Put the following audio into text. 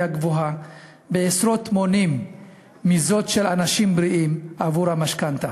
גבוהה עשרות מונים מזאת של אנשים בריאים עבור משכנתה.